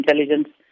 intelligence